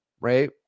right